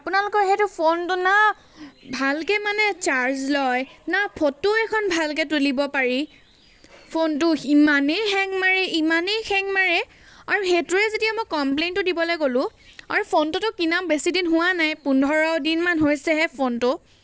আপোনালোকৰ সেইটো ফোনটো না ভালকৈ মানে চাৰ্জ লয় না ফটো এখন ভালকৈ তুলিব পাৰি ফোনটো ইমানেই হেং মাৰে ইমানেই হেং মাৰে আৰু সেইটোৱেই যদি মই কম্প্লেইণ্টটো দিবলৈ গ'লোঁ আমি ফোনটোতো কিনা বেছি দিন হোৱা নাই পোন্ধৰদিনমান হৈছেহে ফোনটো